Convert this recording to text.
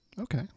okay